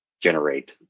generate